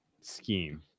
scheme